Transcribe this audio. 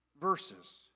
verses